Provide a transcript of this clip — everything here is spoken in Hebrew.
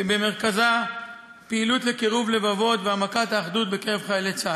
שבמרכזו פעילות לקירוב לבבות והעמקת האחדות בקרב חיילי צה"ל.